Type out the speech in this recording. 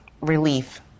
relief